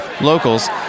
locals